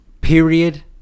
period